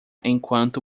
enquanto